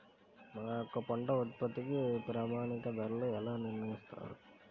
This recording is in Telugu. మా యొక్క పంట ఉత్పత్తికి ప్రామాణిక ధరలను ఎలా నిర్ణయిస్తారు?